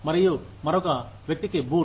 మరియు మరొక వ్యక్తికి బూట్